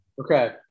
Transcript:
Okay